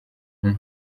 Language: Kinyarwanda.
umwe